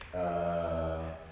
err